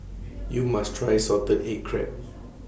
YOU must Try Salted Egg Crab